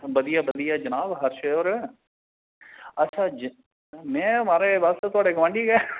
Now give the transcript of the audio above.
बधिया बधिया जनाब हर्ष होर अच्छा जी में महराज बस थोआड़े गोआंडी गै